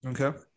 Okay